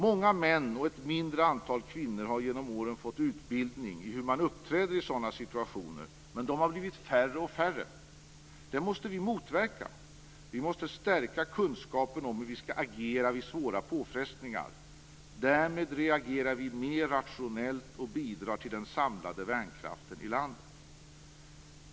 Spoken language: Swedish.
Många män och ett mindre antal kvinnor har genom åren fått utbildning i hur man uppträder i sådana situationer. Men de har blivit färre och färre. Det måste vi motverka. Vi måste stärka kunskapen om hur vi skall agera vid svåra påfrestningar. Därmed reagerar vi mer rationellt, och bidrar till den samlade värnkraften i landet.